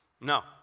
No